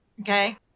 okay